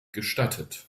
gestattet